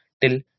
till